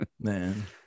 Man